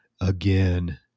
again